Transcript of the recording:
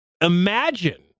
Imagine